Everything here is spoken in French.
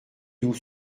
dou